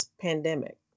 pandemic